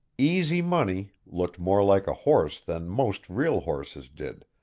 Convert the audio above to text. easy money looked more like a horse than most real horses did,